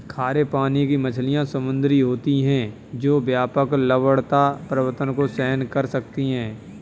खारे पानी की मछलियाँ समुद्री होती हैं जो व्यापक लवणता परिवर्तन को सहन कर सकती हैं